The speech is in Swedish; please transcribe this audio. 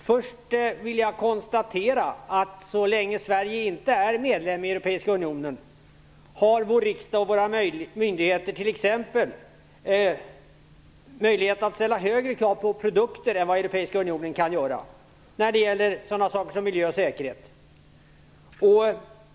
Fru talman! Så länge Sverige inte är medlem i Europeiska unionen har vår riksdag och våra myndigheter t.ex. möjlighet att ställa högre krav på produkter än vad Europeiska unionen kan göra när det gäller sådant som miljö och säkerhet.